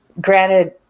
granted